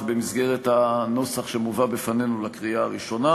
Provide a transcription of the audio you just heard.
במסגרת הנוסח שמובא בפנינו לקריאה הראשונה.